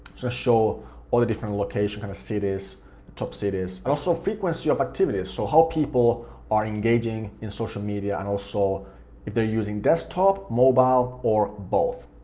show all the different locations, kind of the top cities, and also frequency of activities, so how people are engaging in social media and also if they're using desktop, mobile, or both.